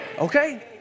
Okay